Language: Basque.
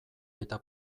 eta